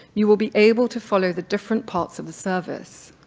you will be able to follow the different parts of the service.